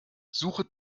suche